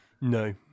No